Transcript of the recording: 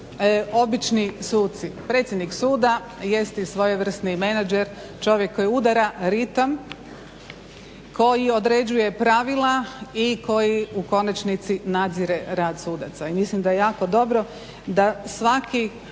obični suci. Predsjednik suda jest i svojevrsni menadžer, čovjek koji udara ritam, koji određuje pravila i koji u konačnici nadzire rad sudaca i mislim da je jako dobro da svaki